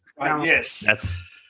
Yes